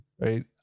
right